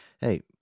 Hey